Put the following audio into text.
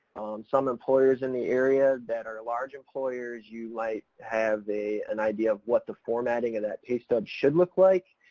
some employers in the area that are large employers you might like have a, an idea of what the formatting of that pay stub should look like,